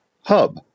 hub